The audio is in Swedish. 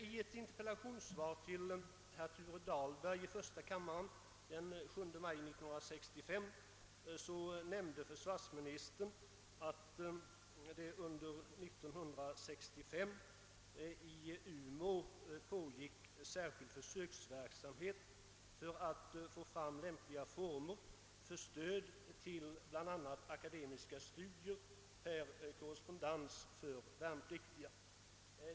I ett interpellationssvar till herr Thure Dahlberg i första kammaren den 7 maj 1963 nämnde försvarsministern, att det under år 1965 i Umeå pågick särskild försöksverksamhet för att få fram lämpliga former för stöd till bl.a. akademiska studier per korrespondens för värnpliktiga.